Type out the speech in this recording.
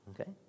Okay